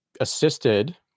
assisted